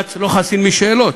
בג"ץ לא חסין לשאלות,